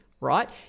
right